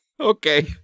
okay